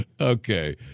Okay